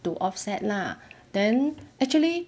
to offset lah then actually